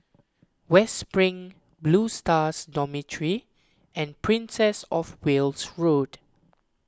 West Spring Blue Stars Dormitory and Princess of Wales Road